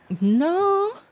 No